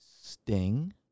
sting